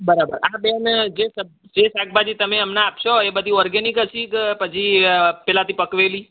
બરાબર આ બેન જે સબ શાકભાજી તમે અમને આપશો એ બધી ઓર્ગેનિક હશે ક કે પેલાથી પકવેલી